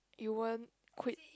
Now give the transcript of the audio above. you won't quit